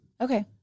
Okay